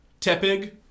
Tepig